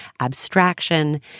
abstraction